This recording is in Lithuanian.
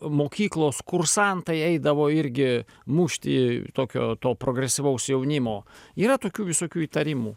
mokyklos kursantai eidavo irgi mušti tokio to progresyvaus jaunimo yra tokių visokių įtarimų